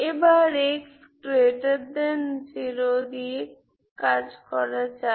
এবার x0 দিয়ে কাজ করা যাক